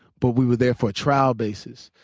but we were there for a trial basis.